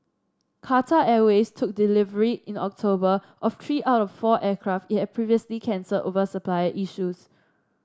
Qatar Airways took delivery in October of three out of four aircraft it had previously cancelled over supplier issues